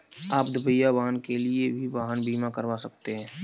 आप दुपहिया वाहन के लिए भी वाहन बीमा करवा सकते हैं